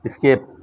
skip